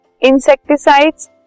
insecticides